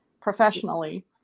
professionally